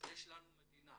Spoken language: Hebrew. ויש לנו מדינה.